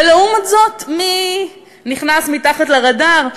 ולעומת זאת, מי נכנס מתחת לרדאר?